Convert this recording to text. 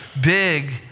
big